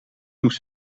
moest